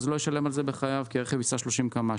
הוא לא ישלם עליה בחייו כי הרכב ייסע במהירות של 30 קמ"ש.